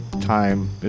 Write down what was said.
time